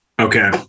Okay